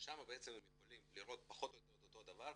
ששם הם יכולים לראות פחות או יותר אותו דבר,